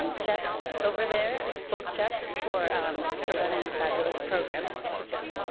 jeff over there, both jeffs for um for running a fabulous program. two jeffs.